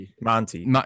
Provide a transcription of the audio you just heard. Monty